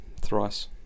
thrice